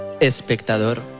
Espectador